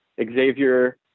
Xavier